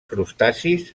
crustacis